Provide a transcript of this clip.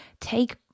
take